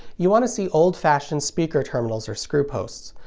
you want to see old-fashioned speaker terminals or screw posts.